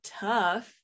tough